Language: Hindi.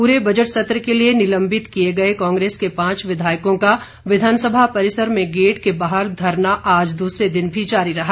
पूरे बजट सत्र के लिए निलंबित किए गए कांग्रेस के पांच विधायकों का विधानसभा परिसर में गेट के बाहर धरना आज दूसरे दिन भी जारी रहा